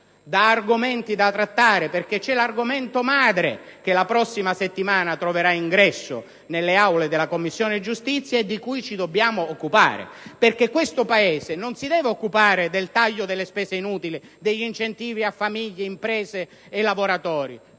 da argomenti da trattare perché c'è la "questione madre" che la prossima settimana troverà l'ingresso nelle aule della Commissione giustizia e di cui ci dobbiamo occupare. Il nostro Paese, infatti, non si deve occupare del taglio delle spese inutili, degli incentivi alle famiglie, alle imprese e ai lavoratori